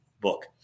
book